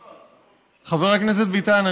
חבר הכנסת ביטן,